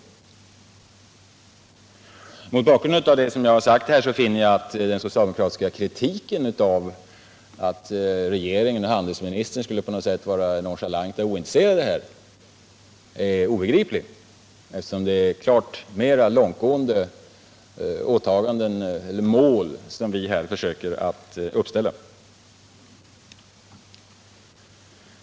Mot bakgrund av vad jag nu sagt finner jag att den socialdemokratiska kritiken, att regeringen och handelsministern skulle vara nonchalanta och ointresserade av dessa frågor, är obegriplig, eftersom det är klart mera långtgående mål som vi här försöker uppställa.